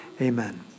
amen